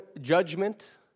judgment